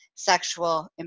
sexual